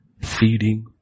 feeding